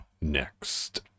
next